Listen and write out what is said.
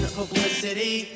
publicity